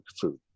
food